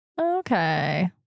Okay